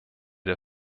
der